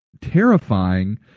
terrifying